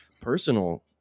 personal